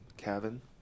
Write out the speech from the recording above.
Kevin